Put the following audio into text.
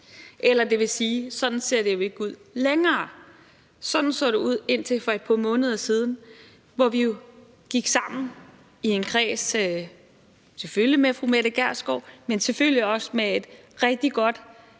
Eller det vil sige: Sådan ser det jo ikke ud længere. Sådan så det ud indtil for et par måneder siden, hvor vi jo gik sammen i en kreds, selvfølgelig med fru Mette Gjerskov, men også med rigtig godt